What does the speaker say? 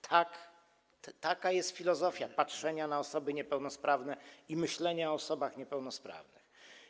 Taka jest filozofia patrzenia na osoby niepełnosprawne i myślenia o osobach niepełnosprawnych.